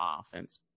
offense